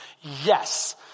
Yes